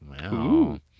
wow